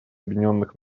объединенных